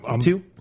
two